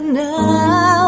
now